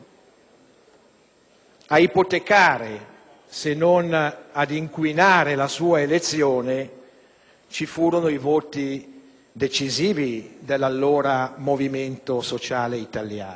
Ad ipotecare, se non ad inquinare, la sua elezione furono i voti decisivi dell'allora Movimento Sociale Italiano.